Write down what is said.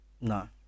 No